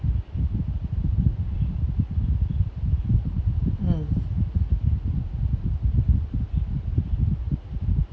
mm